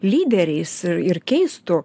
lyderiais ir keistų